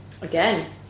Again